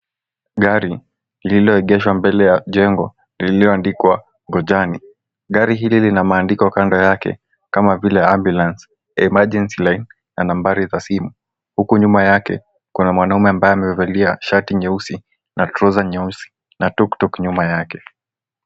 Gari lililoegeshwa mbele ya jengo lililoandikwa bojani gari hili linamaandiko kando yake kama vile ambulance, emergency line na nambari za simu huku nyuma yake kuna mwanaume ambaye amevalia shati nyeusi na trouser nyeusi na tuktuk nyuma yake.